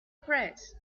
press